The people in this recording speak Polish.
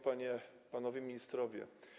Panie i Panowie Ministrowie!